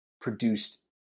produced